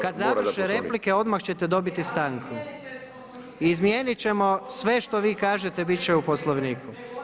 Kad završe replike, odmah ćete dobiti stanku. … [[Upadica se ne čuje.]] Izmijeniti ćemo sve što vi kažete, biti će u Poslovniku.